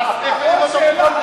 אין תשובות.